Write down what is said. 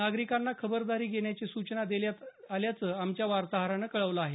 नागरिकांना खबरदारी घेण्याची सूचना देण्यात आल्याचं आमच्या वार्ताहरानं कळवलं आहे